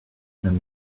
than